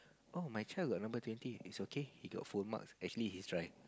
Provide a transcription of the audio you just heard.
oh my child got number twenty it's okay he got full marks actually he is right